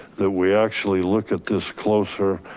that we actually look at this closer.